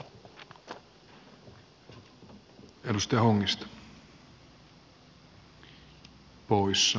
arvoisa herra puhemies